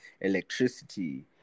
electricity